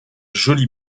joli